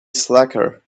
slacker